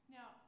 Now